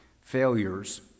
failures